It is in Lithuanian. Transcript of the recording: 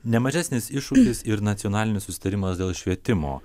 ne mažesnis iššūkis ir nacionalinis susitarimas dėl švietimo